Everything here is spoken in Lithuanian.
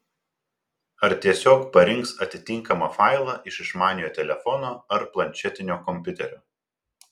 ar tiesiog parinks atitinkamą failą iš išmaniojo telefono ar planšetinio kompiuterio